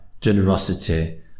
generosity